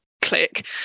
click